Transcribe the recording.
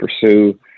pursue